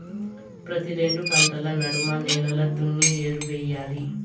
ప్రతి రెండు పంటల నడమ నేలలు దున్ని ఎరువెయ్యాలి